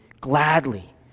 gladly